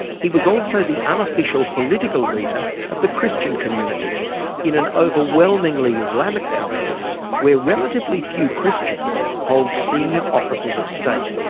he was also the unofficial political leader of the christian community in an overwhelmingly islamic country where relatively few christians hold senior offices of state.